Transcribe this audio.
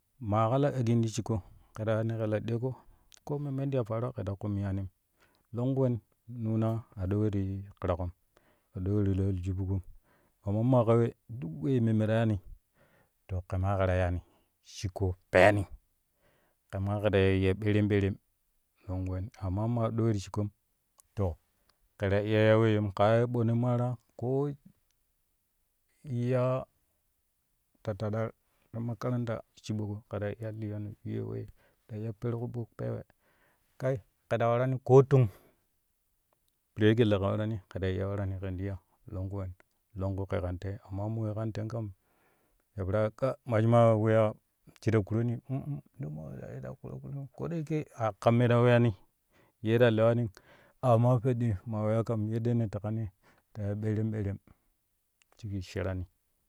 Maa ka la agin ti shik ke ta weyani kɛ la deeƙo koo memmen ti ya paaro kɛ ta kum yaanim longku wen nuna a ɗo we ti ƙiraƙom a ɗo we ti ta aljubuƙom amma maa ka we duk we memme ta yaani to kɛ maa kɛ ta yaani shikko peyani kɛ maa kɛ ta yiu ya ɓeerem ɓeerem longku wen amma maa ɗo we ti shikkom to kɛ ta iya ya weyyem kaa ye mo ne maaraa ko ya latadar ta makaranta shiɓoƙo kɛ ta iya liyani ta iya pev ƙuɓuk pewe kai kɛ ta warani koo tong piree kɛ leƙa warani kɛ ta iya warani kɛn ti ya longku wen longku kɛ kan te amma moi kan tem kam ya peraa ƙa maji maa weya shi ta kuroni uum ko da yake ka me ta weyani yee ta lewani amma peɗɗi maa weya kam yeddee ne teƙan ye ta ya ɓeerem ɓeerem shigi sherani.